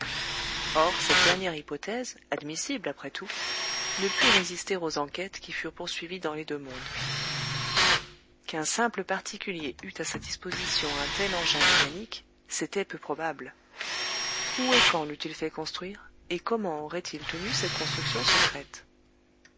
or cette dernière hypothèse admissible après tout ne put résister aux enquêtes qui furent poursuivies dans les deux mondes qu'un simple particulier eût à sa disposition un tel engin mécanique c'était peu probable où et quand l'eut-il fait construire et comment aurait-il tenu cette construction secrète